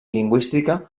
lingüística